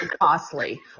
costly